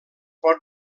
pot